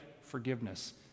forgiveness